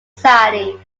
society